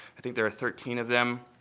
i think there are thirteen of them.